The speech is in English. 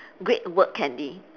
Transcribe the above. great work candy